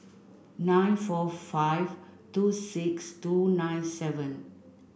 nine four five two six two nine seven